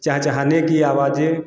चहचहाने की आवाजें